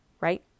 right